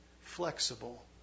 flexible